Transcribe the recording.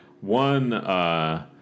One